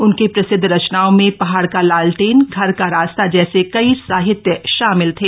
उनके प्रसिद्ध रचनाओं में पहाड़ का लालटेन घर का रास्ता जैसे कई साहित्य शामिल थे